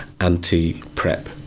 anti-PrEP